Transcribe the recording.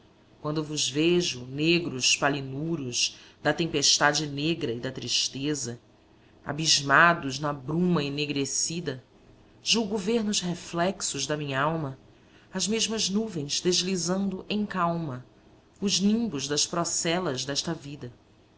quando vos vejo negros palinuros da tempestade negra e da tristeza abismados na bruma enegrecida julgo ver nos reflexos da minhalma as mesmas nuvens deslizando em calma os nimbos das procelas desta vida